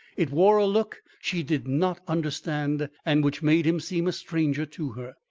it wore a look she did not understand and which made him seem a stranger to her.